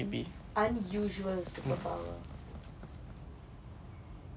unusual superpower